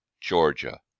Georgia